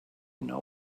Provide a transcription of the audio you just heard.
know